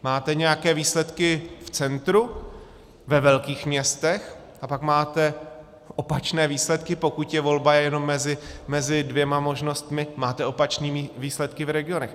Máte nějaké výsledky v centru, ve velkých městech, a pak máte opačné výsledky, pokud je volba jenom mezi dvěma možnostmi, máte opačné výsledky v regionech.